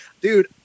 dude